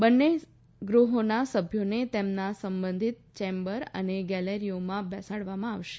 બંને ગૃહોના સભ્યોને તેમના સંબંધિત ચેમ્બર અને ગેલેરીઓમાં બેસાડવામાં આવશે